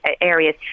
areas